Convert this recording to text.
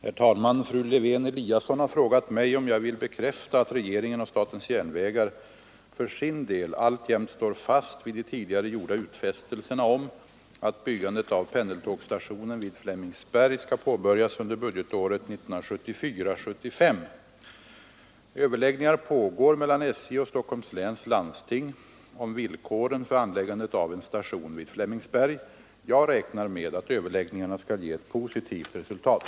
Herr talman! Fru Lewén-Eliasson har frågat mig om jag vill bekräfta att regeringen och SJ för sin del alltjämt står fast vid de tidigare gjorda utfästelserna om att byggandet av pendeltågstationen vid Flemingsberg skall påbörjas under budgetåret 1974/75. Överläggningar pågår mellan SJ och Stockholms läns landsting om villkoren för anläggandet av en station vid Flemingsberg. Jag räknar med att överläggningarna skall ge ett positivt resultat.